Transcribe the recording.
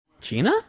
Gina